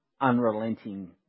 unrelenting